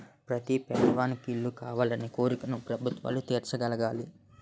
ప్రతి పేదవానికి ఇల్లు కావాలనే కోరికను ప్రభుత్వాలు తీర్చగలగాలి